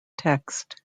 text